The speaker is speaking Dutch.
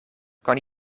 kan